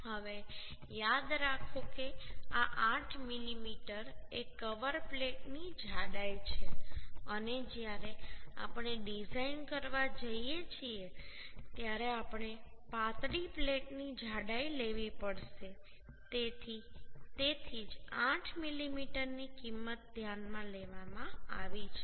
હવે યાદ રાખો કે આ 8 મીમી એ કવર પ્લેટની જાડાઈ છે અને જ્યારે આપણે ડિઝાઇન કરવા જઈએ છીએ ત્યારે આપણે પાતળી પ્લેટની જાડાઈ લેવી પડશે તેથી જ 8 મીમીની કિંમત ધ્યાનમાં લેવામાં આવી છે